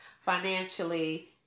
financially